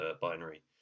binary